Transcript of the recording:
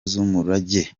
z’umurage